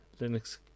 linux